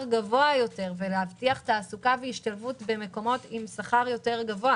גבוה יותר ולהבטיח תעסוקה והשתלבות במקומות עם שכר גבוה יותר,